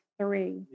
three